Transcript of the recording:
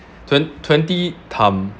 twen~ twenty time